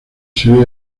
serie